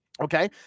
okay